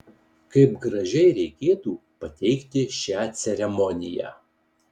kaip gražiai reikėtų pateikti šią ceremoniją